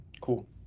cool